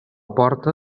porta